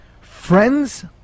Friends